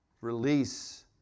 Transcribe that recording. release